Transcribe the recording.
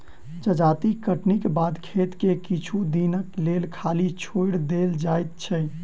जजाति कटनीक बाद खेत के किछु दिनक लेल खाली छोएड़ देल जाइत छै